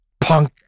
Punk